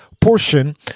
portion